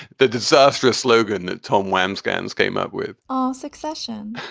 the disastrous slogan that tom webm scans came up with oh, succession.